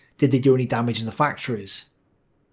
did they do any damage in the factories?